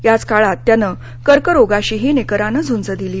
याच काळात त्यानं कर्करोगाशीही निकरानं झुंज दिली